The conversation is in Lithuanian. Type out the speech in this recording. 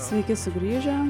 sveiki sugrįžę